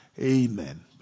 Amen